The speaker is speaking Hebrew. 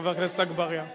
חבר הכנסת אגבאריה.